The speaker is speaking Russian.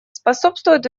способствует